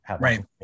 right